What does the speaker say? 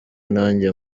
nanjye